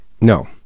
No